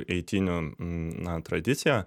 eitynių na tradicija